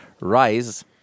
Rise